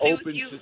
Open